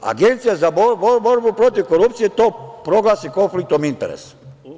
Agencija za borbu protiv korupcije to proglasi konfliktom interesa.